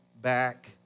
back